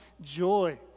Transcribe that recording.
joy